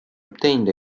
obtained